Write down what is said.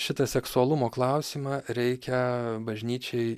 šitą seksualumo klausimą reikia bažnyčiai